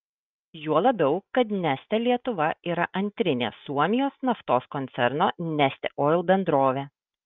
juo labiau kad neste lietuva yra antrinė suomijos naftos koncerno neste oil bendrovė